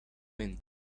wind